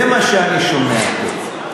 זה מה שאני שומע פה.